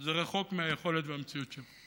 זה רחוק מהיכולת ומהמציאות שלנו.